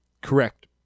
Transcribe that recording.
correct